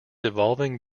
evolving